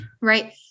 Right